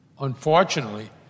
Unfortunately